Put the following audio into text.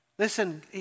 Listen